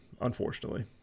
unfortunately